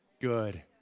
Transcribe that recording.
good